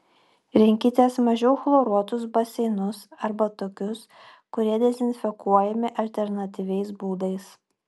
rinkitės mažiau chloruotus baseinus arba tokius kurie dezinfekuojami alternatyviais būdais